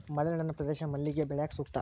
ಮಲೆನಾಡಿನ ಪ್ರದೇಶ ಮಲ್ಲಿಗೆ ಬೆಳ್ಯಾಕ ಸೂಕ್ತ